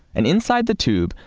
and inside the tube,